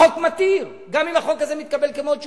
החוק מתיר, גם אם החוק הזה מתקבל כמות שהוא.